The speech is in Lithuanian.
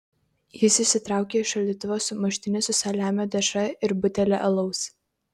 jis išsitraukė iš šaldytuvo sumuštinį su saliamio dešra ir butelį alaus